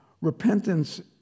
repentance